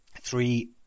three